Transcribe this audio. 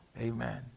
Amen